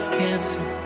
cancer